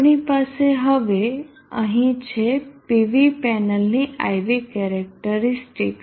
આપણી પાસે હવે અહીં છે PV પેનલની IV કેરેક્ટરીસ્ટિક